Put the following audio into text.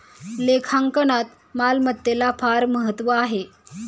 लेखांकनात मालमत्तेला फार महत्त्व आहे